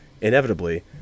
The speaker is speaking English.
inevitably